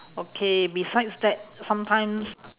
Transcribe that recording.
okay besides that sometimes